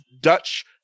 Dutch